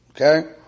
Okay